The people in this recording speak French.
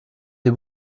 des